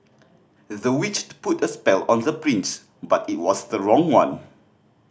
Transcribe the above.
the witch put a spell on the prince but it was the wrong one